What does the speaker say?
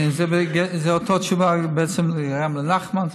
זו אותה תשובה בעצם גם לנחמן,